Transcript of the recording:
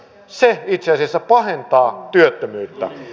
se itse asiassa pahentaa työttömyyttä